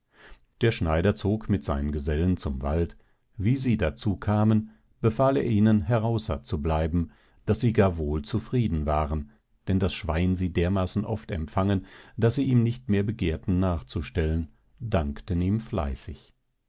der schneider zog mit seinen gesellen zum wald wie sie dazu kamen befahl er ihnen heraußer zu bleiben daß sie gar wohl zufrieden waren denn das schwein sie dermaßen oft empfangen daß sie ihm nicht mehr begerten nachzustellen dankten ihm fleißig